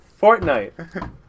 Fortnite